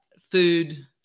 food